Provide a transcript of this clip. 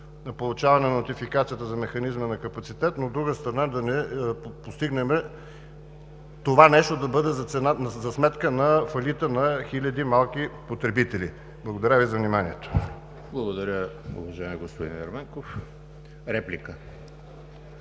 за получаване нотификацията за механизма на капацитет, но от друга страна, да не постигнем това нещо да бъде за сметка на фалита на хиляди малки потребители. Благодаря Ви за вниманието. ПРЕДСЕДАТЕЛ ЕМИЛ ХРИСТОВ: Благодаря, уважаеми господин Ерменков. Реплика,